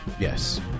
Yes